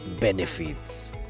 benefits